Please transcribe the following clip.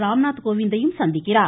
ராம்நாத் கோவிந்தையும் சந்திக்கிறார்